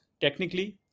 technically